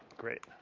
great